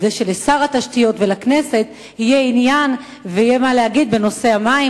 כדי שלשר התשתיות ולכנסת יהיה עניין ויהיה מה להגיד בנושא המים.